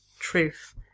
truth